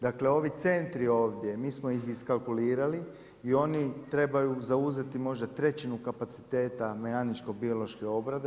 Dakle, ovi centri ovdje, mi smo ih iskalkulirali i oni trebaju zauzeti možda trećinu kapaciteta mehaničko biološke obrade.